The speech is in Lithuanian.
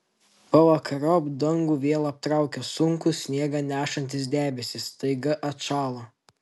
pavakariop dangų vėl aptraukė sunkūs sniegą nešantys debesys staiga atšalo